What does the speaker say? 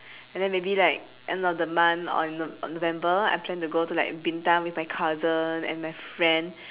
and then maybe like end of the month or in nov~ november I plan to go to like bintan with my cousin and my friend